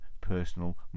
personal